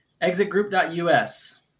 Exitgroup.us